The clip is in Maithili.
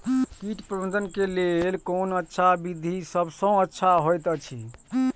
कीट प्रबंधन के लेल कोन अच्छा विधि सबसँ अच्छा होयत अछि?